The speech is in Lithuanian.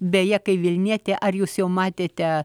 beje kai vilnietė ar jūs jau matėte